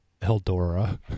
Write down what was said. Eldora